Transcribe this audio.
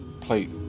plate